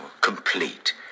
complete